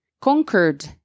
conquered